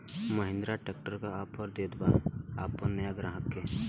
Mahindra tractor का offer देत बा अपना नया ग्राहक के?